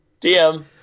DM